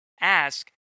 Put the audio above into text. ask